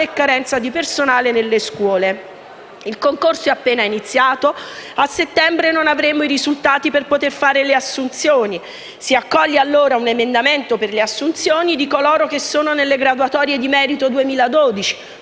e carenza di personale nelle scuole. Il concorso è appena iniziato e a settembre non avremo i risultati per poter fare le assunzioni. Si accoglie allora un emendamento per le assunzioni di coloro che sono nelle graduatorie di merito 2012: